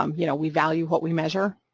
um you know, we value what we measure.